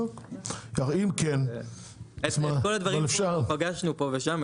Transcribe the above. את כל הדברים שנאמרו פה פגשנו פה ושם,